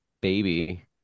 baby